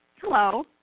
Hello